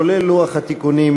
כולל לוח התיקונים,